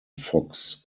fox